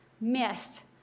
missed